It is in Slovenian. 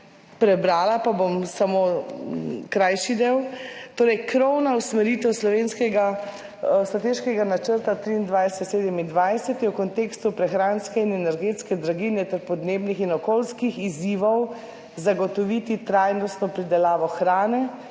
prebrala, pa bom samo krajši del. Torej: »Krovna usmeritev slovenskega strateškega načrta 2023-2027, je v kontekstu prehranske in energetske draginje ter podnebnih in okoljskih izzivov zagotoviti trajnostno pridelavo hrane